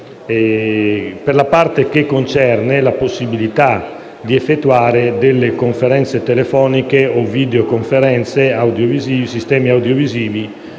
per la parte concernente la possibilità di effettuare delle conferenze telefoniche o video conferenze con sistemi audiovisivi,